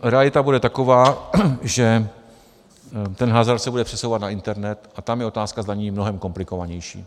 Realita bude taková, že hazard se bude přesouvat na internet, a tam je otázka zdanění mnohem komplikovanější.